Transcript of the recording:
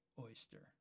oyster